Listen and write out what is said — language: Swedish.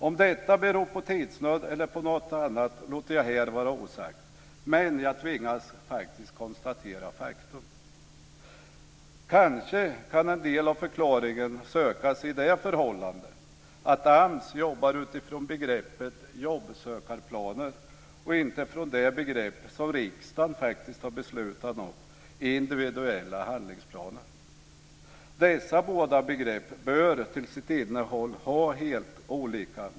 Om det beror på tidsnöd eller om det beror på något annat låter jag här vara osagt men jag tvingas konstatera faktum. Kanske kan en del av förklaringen sökas i det förhållandet att AMS jobbar utifrån begreppet jobbsökarplaner, inte utifrån det begrepp som riksdagen har beslutat om, nämligen individuella handlingsplaner. Innehållet i dessa båda begrepp bör materiellt vara helt olika.